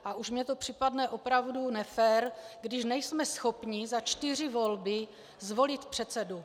A už mi to připadne opravdu nefér, když nejsme schopni za čtyři volby zvolit předsedu.